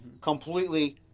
Completely